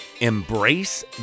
Embrace